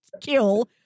kill